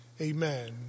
Amen